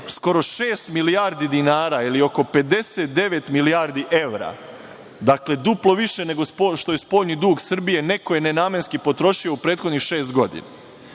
skoro šest milijardi dinara ili oko 59 milijardi evra. Dakle, duplo više nego što je spoljni dug Srbije, neko je nenamenski potrošio u prethodnih šest godina.